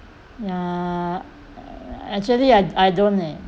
uh actually I I don't leh